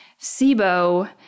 SIBO